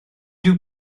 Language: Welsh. dyw